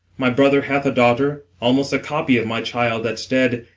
my brother hath a daughter, almost the copy of my child that's dead,